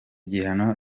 gihano